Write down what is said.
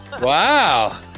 Wow